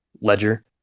ledger